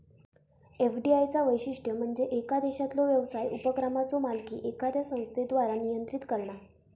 FDI चा वैशिष्ट्य म्हणजे येका देशातलो व्यवसाय उपक्रमाचो मालकी एखाद्या संस्थेद्वारा नियंत्रित करणा